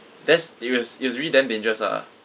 that's it was it was really damn dangerous lah